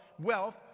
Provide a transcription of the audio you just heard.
wealth